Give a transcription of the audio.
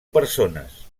persones